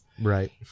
Right